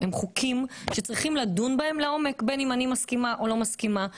הם חוקים שצריכים לדון בהם לעומק בין אם אני מסכימה או לא מסכימה.